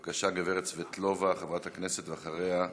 בבקשה, גברת סבטלובה, חברת הכנסת, ואחריה,